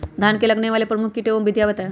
धान में लगने वाले प्रमुख कीट एवं विधियां बताएं?